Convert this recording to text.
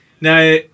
Now